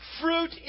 fruit